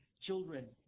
Children